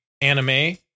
anime